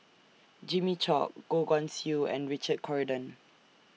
Jimmy Chok Goh Guan Siew and Richard Corridon